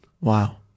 Wow